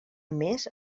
més